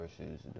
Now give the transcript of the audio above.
versus